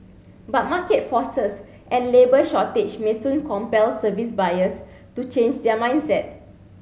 but market forces and labour shortage may soon compel service buyers to change their mindset